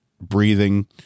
Breathing